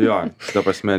jo šita prasme